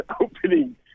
opening